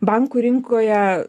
bankų rinkoje